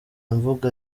imvugo